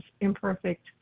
imperfect